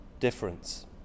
difference